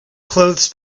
clothes